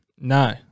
No